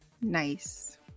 Nice